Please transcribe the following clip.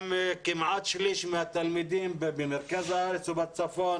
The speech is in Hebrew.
גם כמעט שליש מהתלמידים במרכז הארץ ובצפון